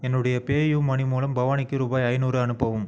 என்னுடைய பேயூமணி மூலம் பவானிக்கு ரூபாய் ஐநூறு அனுப்பவும்